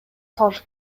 салыш